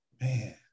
Man